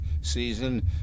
season